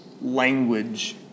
language